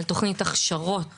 על תכנית הכשרות